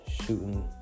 shooting